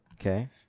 Okay